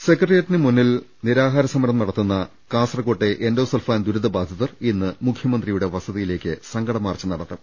സെക്രട്ടറിയേറ്റിന് മുന്നിൽ അനിശ്ചിതകാല സമരം നട ത്തുന്ന കാസർകോട്ടെ എൻഡോസൾഫാൻ ദുരിത ബാധി തർ ഇന്ന് മുഖ്യമന്ത്രിയുടെ വസതിയിലേക്ക് സങ്കട മാർച്ച് നടത്തും